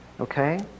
Okay